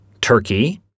turkey